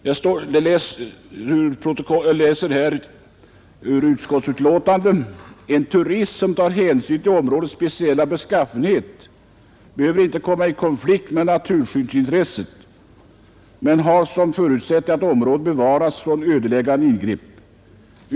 Jag citerar ur utskottsbetänkandet på s. 9: ”En turism som tar hänsyn till områdets speciella beskaffenhet behöver inte komma i konflikt med naturskyddsintresset men har som förutsättning att området bevaras från ödeläggande ingrepp.